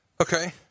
Okay